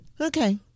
Okay